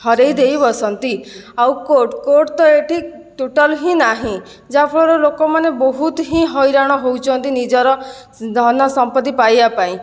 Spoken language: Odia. ହରେଇ ଦେଇ ବସନ୍ତି ଆଉ କୋର୍ଟ କୋର୍ଟ ତ ଏଠି ଟୋଟାଲ ହିଁ ନାହିଁ ଯାହାଫଳରେ ଲୋକମାନେ ବହୁତ ହିଁ ହଇରାଣ ହେଉଛନ୍ତି ନିଜର ଧନ ସମ୍ପତ୍ତି ପାଇବା ପାଇଁ